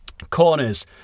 Corners